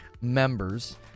members